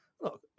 Look